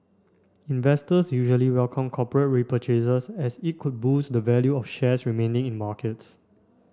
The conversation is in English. investors usually welcome corporate repurchases as it could boost the value of shares remaining in markets